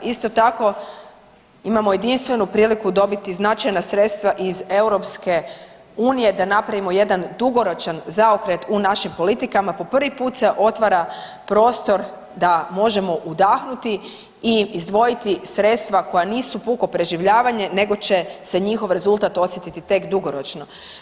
Isto tako imamo jedinstvenu priliku dobiti značajna sredstva iz EU da napravimo jedan dugoročan zaokret u našim politikama, po prvi put se otvara prostor da možemo udahnuti i izdvojiti sredstva koja nisu puko preživljavanje nego će se njihov rezultat osjetiti tek dugoročno.